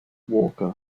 walker